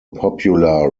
popular